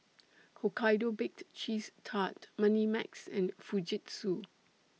Hokkaido Baked Cheese Tart Moneymax and Fujitsu